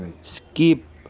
skip